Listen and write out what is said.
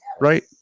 right